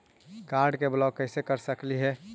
Card के block कैसे कर सकली हे?